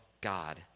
God